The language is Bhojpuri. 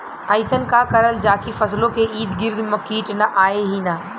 अइसन का करल जाकि फसलों के ईद गिर्द कीट आएं ही न?